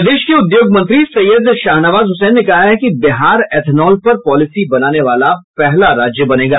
प्रदेश के उद्योग मंत्री सैय्यद शाहनवाज हुसैन ने कहा है कि बिहार एथेनॉल पर पॉलिसी बनाने वाला पहला राज्य बनेगा